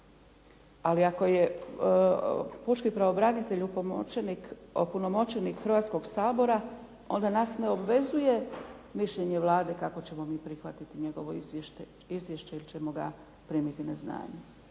Ali ako je pučki pravobranitelj opunomoćenik Hrvatskoga sabora, onda nas ne obvezuje mišljenje Vlade kako ćemo mi prihvatiti njegovo izvješće ili ćemo ga primiti na znanje.